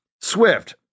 Swift